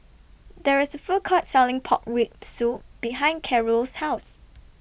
There IS A Food Court Selling Pork Rib Soup behind Carole's House